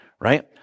right